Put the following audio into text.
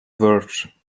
verge